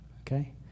Okay